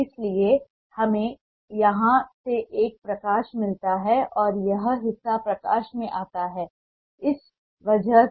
इसलिए हमें यहां से एक प्रकाश मिलता है और यह हिस्सा प्रकाश में आता है इस वजह से